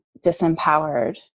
disempowered